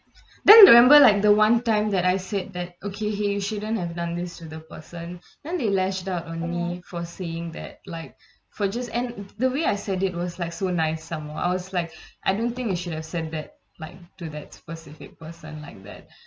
then remember like the one time that I said that okay !hey! you shouldn't have done this to the person then they lashed out on me for saying that like for just and the way I said it was like so nice some more I was like I don't think you should have said that like do that specific person like that